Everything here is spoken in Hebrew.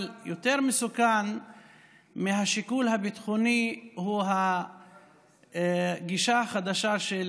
אבל יותר מסוכן מהשיקול הביטחוני הוא הגישה החדשה של